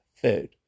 food